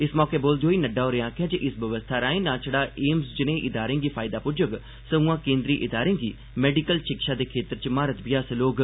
इस मौके बोलदे होई नड्डा होरें आखेआ जे इस बवस्था राए नां छड़ा एम्स ज्नेह इदारें गी फायदा पुज्जोग सगुआं केन्द्री इदारें गी मैडिकल शिक्षा दे खेत्तर च म्हारत बी हासल होग